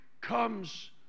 comes